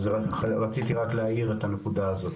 אז רציתי רק להעיר את הנקודה הזאת.